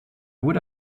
would